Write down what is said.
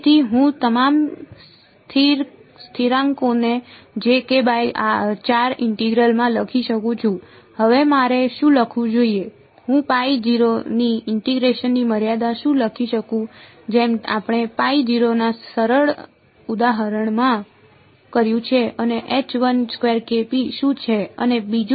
તેથી હું તમામ સ્થિરાંકોને ઇન્ટિગ્રલ માં લખી શકું છું હવે મારે શું લખવું જોઈએ હું 0 ની ઇન્ટીગ્રેશન ની મર્યાદા શું લખી શકું જેમ આપણે 0 ના સરળ ઉદાહરણમાં કર્યું છે અને શું છે અને બીજું શું છે